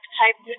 type